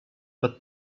but